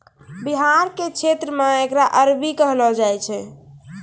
बिहार के क्षेत्र मे एकरा अरबी कहलो जाय छै